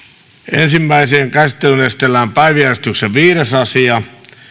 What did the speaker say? ensimmäiseen käsittelyyn esitellään päiväjärjestyksen viides asia